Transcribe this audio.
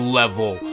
level